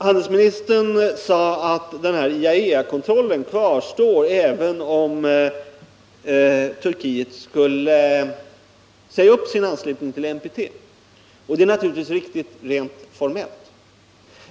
Handelsministern sade att IAEA-kontrollen kvarstår även om Turkiet skulle säga upp sin anslutning till NPT, och det är naturligtvis riktigt rent formellt.